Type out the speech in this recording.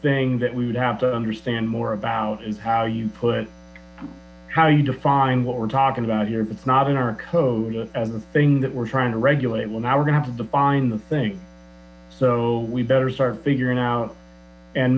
thing that we would have to understand more about is how you put how you define what we're talking about here it's not in our code as a thing that we're trying to regulate well now we're going to define the thing so we better start figuring out and